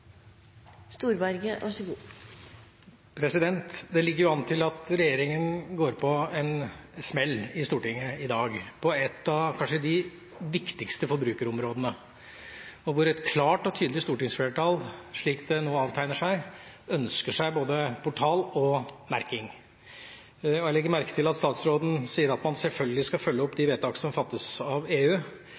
at regjeringa går på en smell i Stortinget i dag på kanskje et av de viktigste forbrukerområdene, hvor et klart og tydelig stortingsflertall, slik det nå avtegner seg, ønsker seg både portal og merking. Jeg legger merke til at statsråden sier man selvfølgelig skal følge opp de vedtak som fattes av EU,